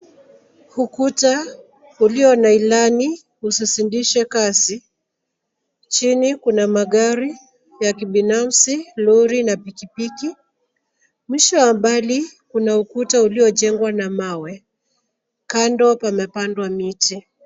Ukuta ulio na ilani "usizidishe kasi".Chini kuna magari ya kibinafsi, lori na pikipiki. Mwisho wa mbali kuna ukuta uliojengwa na mawe. Kando pamepandwa miti.